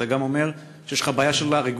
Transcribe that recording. אתה גם אומר שיש לך בעיה של רגולציה,